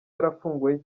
yarafunguwe